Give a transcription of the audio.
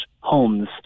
homes